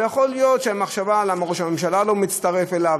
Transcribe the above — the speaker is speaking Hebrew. יכול להיות שהייתה מחשבה למה ראש הממשלה לא מצטרף אליו,